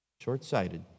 Short-sighted